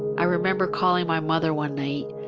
i remember calling my mother one night.